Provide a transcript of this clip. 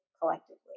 collectively